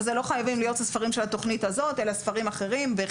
אבל אלה לא חייבים להיות הספרים של התוכנית הזאת אלא ספרים אחרים.